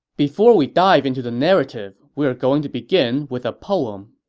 before we dive into the narrative, we're going to begin with a poem.